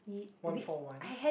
one for one